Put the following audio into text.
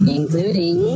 Including